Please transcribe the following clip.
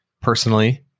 personally